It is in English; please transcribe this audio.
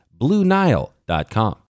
BlueNile.com